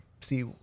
see